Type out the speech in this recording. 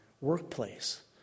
workplace